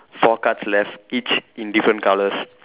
four cards left each in different colours